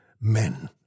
men